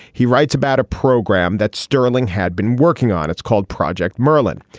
he writes about a program that sterling had been working on. it's called project merlin.